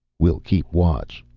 we'll keep watch,